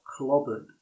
clobbered